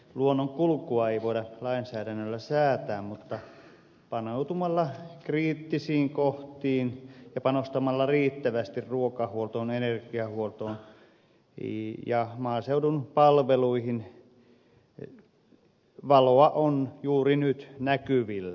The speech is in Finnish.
luonnon kulkua ei voida lainsäädännöllä säätää mutta paneutumalla kriittisiin kohtiin ja panostamalla riittävästi ruokahuoltoon energiahuoltoon ja maaseudun palveluihin valoa on juuri nyt näkyvillä